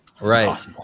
Right